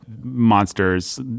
monsters